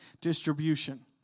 distribution